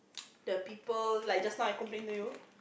the people like just now I complain to you